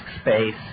space